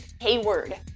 Hayward